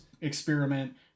experiment